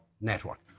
network